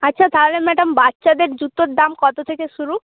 আচ্ছা তাহলে ম্যাডাম বাচ্চাদের জুতোর দাম কতো থেকে শুরু